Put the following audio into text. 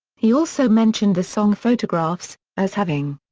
he also mentioned the song photographs, as having.